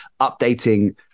updating